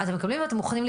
גם הנושא של